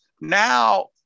now